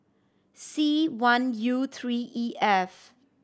C one U three E F